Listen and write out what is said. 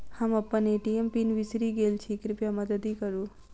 हम अप्पन ATM PIN बिसरि गेल छी कृपया मददि करू